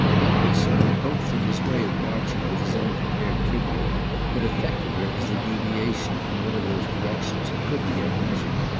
then he saw both that his way of marching with his own prepared tribute had affected her as a deviation in one of those directions he couldn't yet measure,